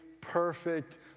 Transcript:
perfect